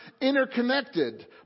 interconnected